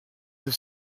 have